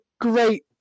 great